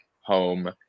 home